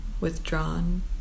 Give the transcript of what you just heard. withdrawn